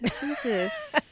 Jesus